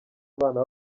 abana